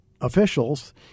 officials